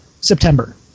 september